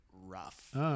rough